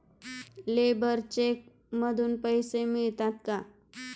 Labour cheque मधून पैसे मिळतात का?